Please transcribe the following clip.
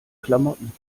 klamotten